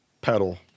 Pedal